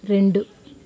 రెండు